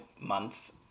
months